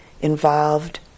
involved